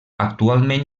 actualment